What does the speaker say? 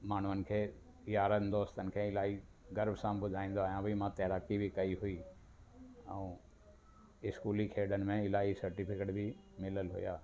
माण्हुनि खे यारानि दोस्तनि खे इलाही गर्व सां ॿुधाईंदो आहियां भाई मां तैराकी बि कई हुई ऐं इस्कूली खेॾनि में इलाही सर्टिफिकेट बि मिलियलु हुया